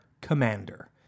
commander